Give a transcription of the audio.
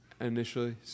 initially